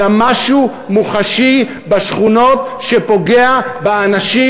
אלא משהו מוחשי בשכונות שפוגע באנשים